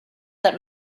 that